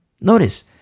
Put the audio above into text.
Notice